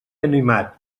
animat